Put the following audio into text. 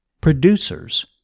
Producers